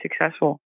successful